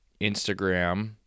Instagram